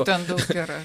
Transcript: ten daug yra